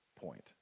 point